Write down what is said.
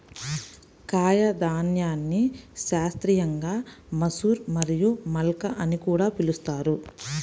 కాయధాన్యాన్ని శాస్త్రీయంగా మసూర్ మరియు మల్కా అని కూడా పిలుస్తారు